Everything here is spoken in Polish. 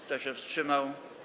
Kto się wstrzymał?